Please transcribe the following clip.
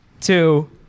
two